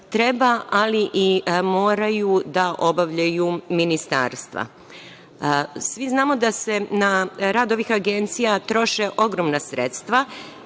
ali i moraju da obavljaju ministarstva. Svi znamo da se na rad ovih agencija troše ogromna sredstva